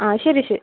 ആ ശരി